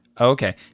Okay